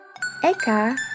Eka